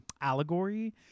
Allegory